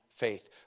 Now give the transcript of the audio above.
faith